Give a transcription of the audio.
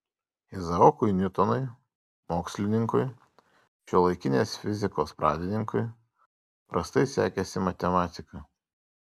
izaokui niutonui mokslininkui šiuolaikinės fizikos pradininkui prastai sekėsi matematika